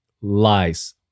Lies